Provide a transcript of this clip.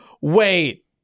Wait